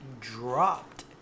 dropped